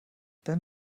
dann